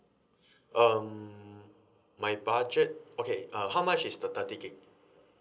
um my budget okay uh how much is the thirty gigabyte